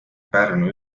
pärnu